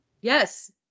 Yes